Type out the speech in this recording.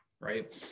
right